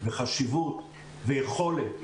חשיבות ויכולת,